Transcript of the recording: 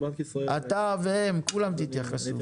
אתה והם, כולם תתייחסו.